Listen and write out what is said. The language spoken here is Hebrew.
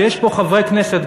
ויש פה חברי כנסת,